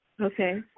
Okay